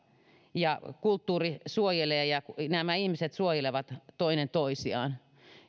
kulttuuri suojelee ja nämä ihmiset suojelevat toinen toisiaan